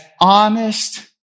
honest